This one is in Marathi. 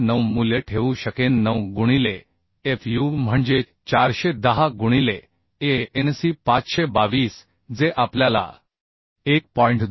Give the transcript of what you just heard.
9 मूल्य ठेवू शकेन 9 गुणिले Fu म्हणजे 410 गुणिले anc 522 जे आपल्याला 1